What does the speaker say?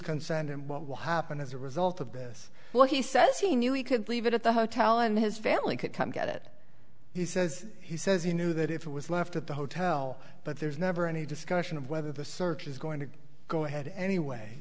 consent and what will happen as a result of this what he says he knew he could leave it at the hotel and his family could come get it he says he says he knew that if it was left at the hotel but there's never any discussion of whether the search is going to go ahead anyway